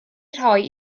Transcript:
rhoi